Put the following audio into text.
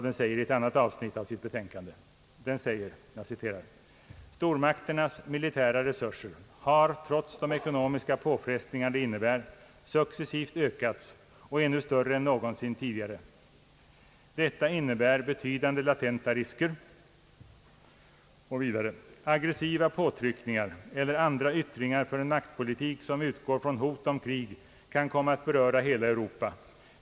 Den säger i ett annat avsnitt av sitt betänkande: »Stormakternas militära resurser har, trots de ekonomiska påfrestningar det innebär, successivt ökats och är nu större än någonsin tidigare. Detta innebär betydande latenta risker. ——— Aggressiva påtryckningar eller andra yttringar för en maktpolitik som utgår från hot om krig kan komma att beröra hela Europa.